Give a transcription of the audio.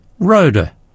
Rhoda